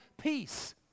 peace